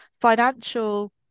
financial